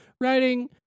writing